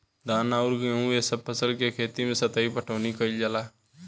धान अउर गेंहू ए सभ फसल के खेती मे सतही पटवनी कइल जाला